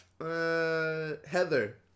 Heather